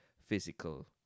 physical